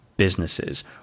Businesses